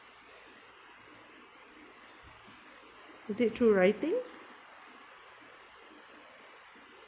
is it through writing